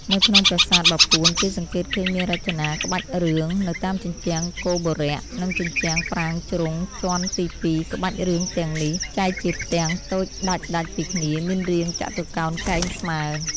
នៅក្នុងប្រាសាទបាពួនគេសង្កេតឃើញមានរចនាក្បាច់រឿង នៅតាមជញ្ជាំងគោបុរៈនិងជញ្ជាំងប្រាង្គជ្រុងជាន់ទី២ក្បាច់រឿងទាំងនេះ ចែកជាផ្ទាំងតូចដាច់ៗពីគ្នាមានរាងចតុកោណកែងស្មើរ។